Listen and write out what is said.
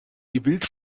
wild